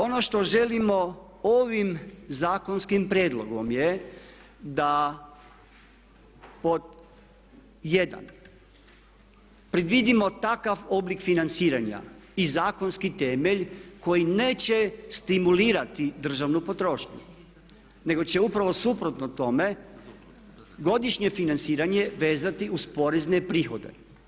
Ono što želimo ovim zakonskim prijedlogom je da pod jedan predvidimo takav oblik financiranja i zakonski temelj koji neće stimulirati državnu potrošnju, nego će upravo suprotno tome godišnje financiranje vezati uz porezne prihode.